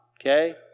okay